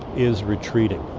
is retreating.